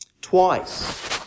Twice